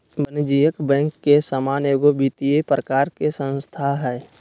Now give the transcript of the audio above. वाणिज्यिक बैंक के समान एगो वित्तिय प्रकार के संस्था हइ